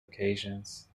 occasions